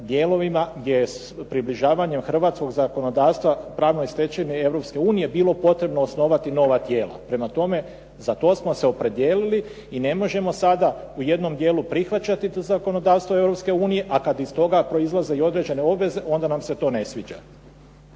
dijelovima gdje približavanje hrvatskog zakonodavstva pravnoj stečevini Europske unije, bilo potrebno osnovati nova tijela. Prema tome, za to smo se opredijeliti i ne možemo sada u jednom dijelu prihvaćati to zakonodavstvo Europske unije, a kada iz toga proizlaze i određene obveze, onda nam se to ne sviđa.